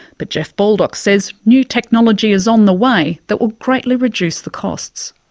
but jeff baldock says new technology is on the way that will greatly reduce the costs.